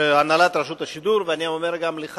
להנהלת רשות השידור, ואני אומר גם לך,